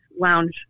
lounge